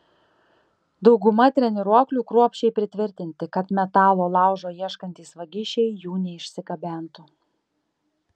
dauguma treniruoklių kruopščiai pritvirtinti kad metalo laužo ieškantys vagišiai jų neišsigabentų